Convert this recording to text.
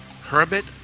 Herbert